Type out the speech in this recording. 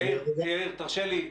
יאיר, תרשה לי.